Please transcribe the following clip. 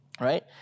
right